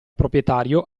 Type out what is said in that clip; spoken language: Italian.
proprietario